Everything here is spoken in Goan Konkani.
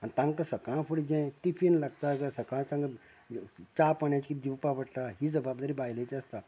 आनी तांकां सकाळ फुडें जें टिफीन लागता वा तांकां च्या पाण्याची दिवपा पडटा ही जबाबदारी बायलेची आसता